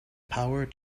power